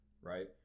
right